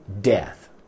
death